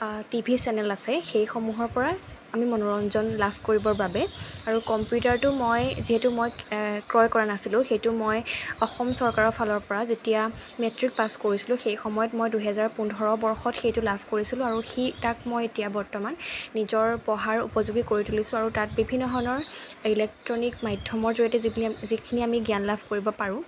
TV channel আছে সেইসমূহৰ পৰা আমি মনোৰঞ্জন লাভ কৰিবৰ বাবে আৰু কম্পিউটাৰটো মই যিহেতু মই ক্ৰয় কৰা নাছিলোঁ সেইটো মই অসম চৰকাৰৰ ফালৰপৰা যেতিয়া মেট্ৰিক পাছ কৰিছিলোঁ সেই সময়ত মই দুহেজাৰ পোন্ধৰ বৰ্ষত সেইটো লাভ কৰিছিলোঁ আৰু সি তাক মই এতিয়া বৰ্তমান নিজৰ পঢ়াৰ উপযোগী কৰি তুলিছোঁ আৰু তাত বিভিন্ন ধৰণৰ ইলেক্ট্ৰনিক মাধ্যমৰ জৰিয়তে যিখিনি যিখিনি আমি জ্ঞান লাভ কৰিব পাৰোঁ